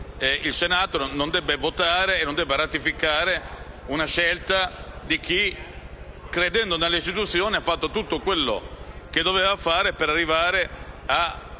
il Senato non debba votare e ratificare la scelta di chi, credendo nelle istituzioni, ha fatto tutto quello che doveva fare per determinare la